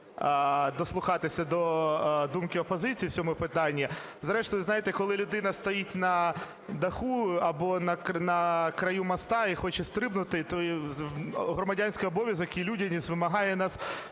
дослухатися до думки опозиції в цьому питанні. Зрештою, знаєте, коли людина стоїть на даху або на краю моста і хоче стрибнути, то громадянський обов'язок і людяність вимагає від